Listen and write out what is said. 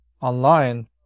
online